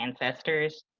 ancestors